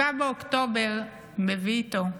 7 באוקטובר מביא איתו,